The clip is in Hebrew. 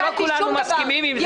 שלא כולנו מסכימים עם זה.